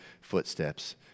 footsteps